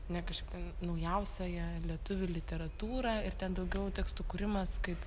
ne kažkaip ten naujausiąją lietuvių literatūrą ir ten daugiau tekstų kūrimas kaip